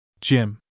Jim